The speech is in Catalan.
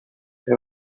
era